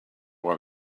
why